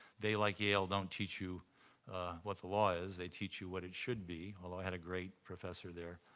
they, like yale, don't teach you what the law is. they teach you what it should be. although i had a great professor there,